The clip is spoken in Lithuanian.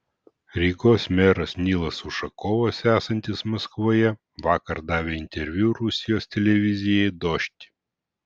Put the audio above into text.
rygos meras nilas ušakovas esantis maskvoje vakar davė interviu rusijos televizijai dožd